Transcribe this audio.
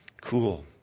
cool